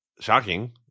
shocking